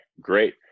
great